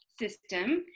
system